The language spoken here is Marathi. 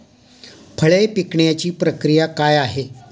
फळे पिकण्याची प्रक्रिया काय आहे?